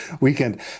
weekend